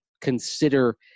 consider